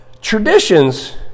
Traditions